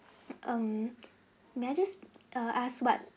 mm may I just err asked what